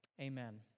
Amen